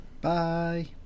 Bye